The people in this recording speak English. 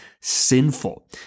sinful